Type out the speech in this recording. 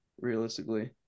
Realistically